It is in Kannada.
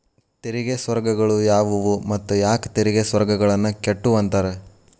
ತೆರಿಗೆ ಸ್ವರ್ಗಗಳು ಯಾವುವು ಮತ್ತ ಯಾಕ್ ತೆರಿಗೆ ಸ್ವರ್ಗಗಳನ್ನ ಕೆಟ್ಟುವಂತಾರ